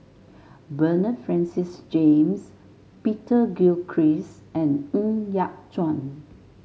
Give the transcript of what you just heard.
Bernard Francis James Peter Gilchrist and Ng Yat Chuan